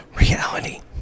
reality